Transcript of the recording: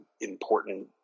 important